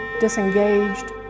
disengaged